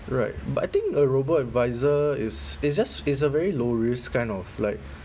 right but I think a robo-advisor is is just is a very low risk kind of like